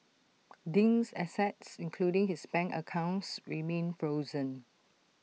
Ding's assets including his bank accounts remain frozen